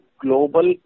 global